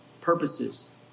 purposes